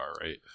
right